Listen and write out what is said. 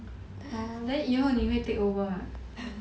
orh then 以后你会 take over mah